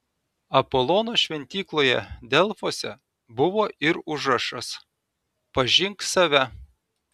apolono šventykloje delfuose buvo ir užrašas pažink save